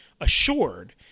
assured